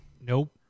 Nope